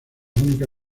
única